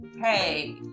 hey